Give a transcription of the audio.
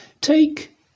Take